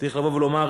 צריך לבוא ולומר,